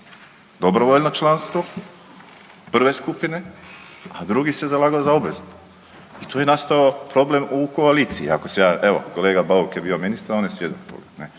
dobrovoljno članstvo prve skupine, a drugi se zalagao za obvezno i tu je nastao problem u koaliciji, ako se ja, evo, kolega Bauk je bio ministar, on je svjedok